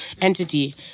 Entity